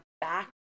back